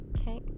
Okay